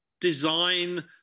Design